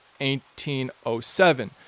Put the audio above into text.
1807